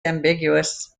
ambiguous